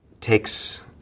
takes